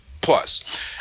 plus